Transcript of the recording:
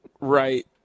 Right